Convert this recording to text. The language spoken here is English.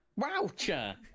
Woucher